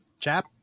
Chap